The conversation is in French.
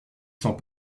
sans